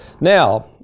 Now